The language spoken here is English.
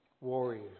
Warrior